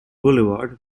boulevard